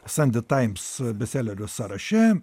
sunday times bestselerių sąraše